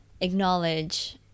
acknowledge